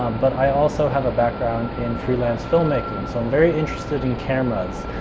um but i also have a background in freelance filmmaking. so i'm very interested in cameras.